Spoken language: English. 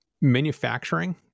manufacturing